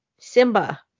Simba